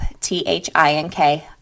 T-H-I-N-K